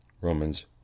Romans